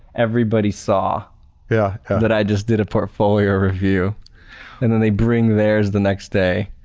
everybody saw yeah that i just did a portfolio review and then they bring theirs the next day